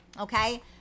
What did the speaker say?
Okay